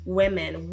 women